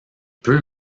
peut